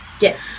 Yes